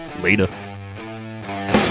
Later